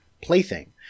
plaything